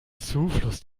zufluss